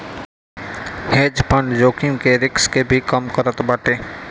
hedge fund जोखिम के risk के भी कम करत बाटे